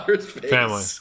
Family